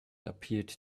appeared